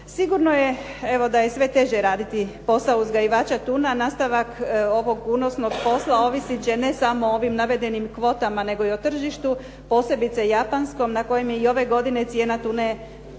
Sigurno je evo da je sve teže raditi posao uzgajivača tuna, a nastavak ovog unosnog posla ovisit će ne samo o ovim navedenim kvotama, nego i o tržištu posebice japanskom na kojem je i ove godine cijena tune